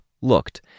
looked